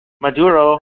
Maduro